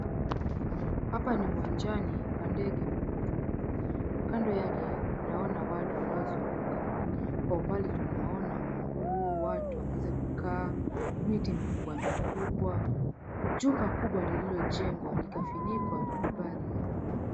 Hapa ni uwanjani pa ndege pa kutua, kando yake tunaona watu wanaozunguka kwa umbali tunaona manguo watu wanaweza kukaa, miti mikubwa mikubwa. Jumba kubwa lililojengwa na kufunika kwa rangi ya brown .